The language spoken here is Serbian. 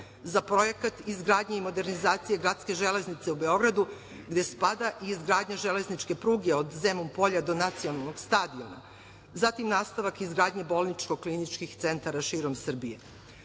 za projekat izgradnje i modernizacije gradske železnice u Beogradu, gde spada i izgradnja železničke pruge od Zemun Polja do Nacionalnog stadiona. Zatim, nastavak izgradnje bolničkog kliničkog centara širom Srbije. Ovde